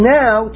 now